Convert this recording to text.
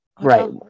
right